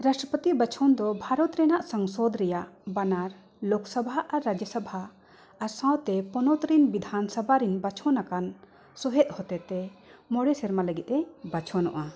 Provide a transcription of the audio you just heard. ᱨᱟᱥᱴᱨᱚᱯᱟᱹᱛᱤ ᱵᱟᱪᱷᱚᱱ ᱫᱚ ᱵᱷᱟᱨᱚᱛ ᱨᱮᱱᱟᱜ ᱥᱟᱝᱥᱚᱫᱽ ᱨᱮᱭᱟᱜ ᱵᱟᱱᱟᱨ ᱞᱳᱠᱥᱚᱵᱷᱟ ᱟᱨ ᱨᱟᱡᱽᱡᱚᱥᱚᱵᱷᱟ ᱟᱨ ᱥᱟᱶᱛᱮ ᱯᱚᱱᱚᱛ ᱨᱤᱱ ᱵᱤᱫᱷᱟᱱ ᱥᱚᱵᱷᱟᱨᱤᱱ ᱵᱟᱪᱷᱚᱱ ᱟᱠᱟᱱ ᱥᱚᱦᱮᱫ ᱦᱚᱛᱮᱡ ᱛᱮ ᱢᱚᱬᱮ ᱥᱮᱨᱢᱟ ᱞᱟᱹᱜᱤᱫ ᱛᱮ ᱵᱟᱪᱷᱚᱱᱚᱜᱼᱟ